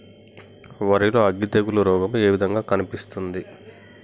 వరి లో అగ్గి తెగులు రోగం ఏ విధంగా కనిపిస్తుంది?